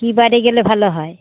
কী বারে গেলে ভালো হয়